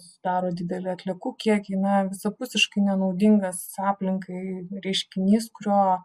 sudaro didelį atliekų kiekį na visapusiškai nenaudingas aplinkai reiškinys kurio